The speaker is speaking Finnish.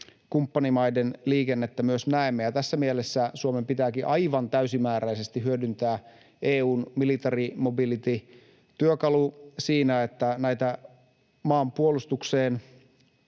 kumppanimaiden liikennettä myös näemme. Tässä mielessä Suomen pitääkin aivan täysimääräisesti hyödyntää EU:n military mobility ‑työkalua siinä, että näitä maanpuolustukseen